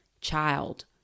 child